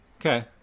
Okay